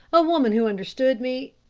a woman who understood me.